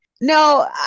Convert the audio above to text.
No